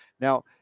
Now